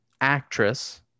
actress